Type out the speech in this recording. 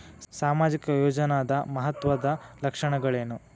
ಸಾಮಾಜಿಕ ಯೋಜನಾದ ಮಹತ್ವದ್ದ ಲಕ್ಷಣಗಳೇನು?